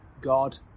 God